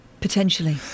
Potentially